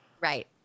Right